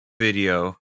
video